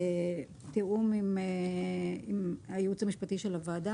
שבתיאום עם הייעוץ המשפטי של הוועדה